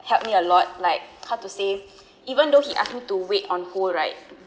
help me a lot like how to say even though he ask me to wait on hold right